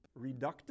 reductive